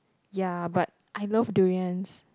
ya but I love durians